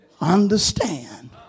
understand